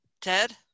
Ted